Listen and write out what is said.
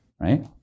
Right